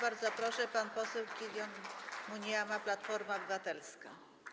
Bardzo proszę, pan poseł Killion Munyama, Platforma Obywatelska.